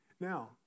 Now